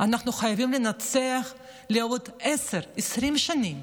אנחנו חייבים לנצח לעוד 10, 20 שנים,